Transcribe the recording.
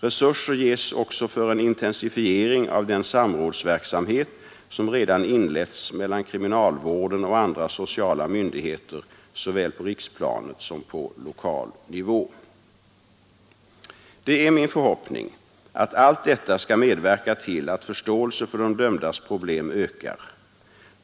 Resurser ges också för en intensifiering av den samrådsverksamhet som redan inletts mellan kriminalvården och andra sociala myndigheter såväl på riksplanet som på lokal nivå. Det är min förhoppning att allt detta skall medverka till att förståelse för de dömdas problem ökar.